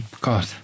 god